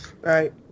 Right